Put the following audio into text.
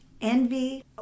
Envy